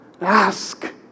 ask